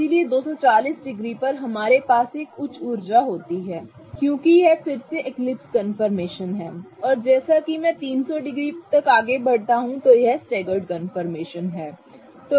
इसलिए 240 डिग्री पर हमारे पास एक उच्च ऊर्जा होती है क्योंकि यह फिर से एक्लिप्स कन्फर्मेशन है और जैसा कि मैं 300 डिग्री तक आगे बढ़ता हूं यह स्टेगर्ड कंफर्मेशन है